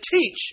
teach